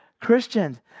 Christians